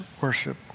worship